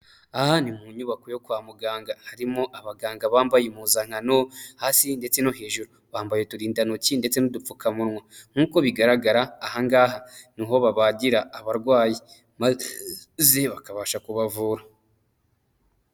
Aha ni mu nyubako yo kwa muganga, harimo abaganga bambaye impuzankanosi hasi ndetse no hejuru, bambaye uturindantoki ndetse n'udupfukamunwa, nkuko bigaragara ahangaha niho babagira abarwayi maze bakabasha kubavura.